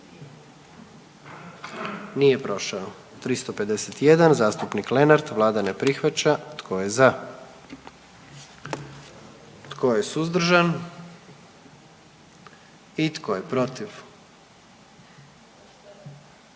44. Kluba zastupnika SDP-a, vlada ne prihvaća. Tko je za? Tko je suzdržan? Tko je protiv?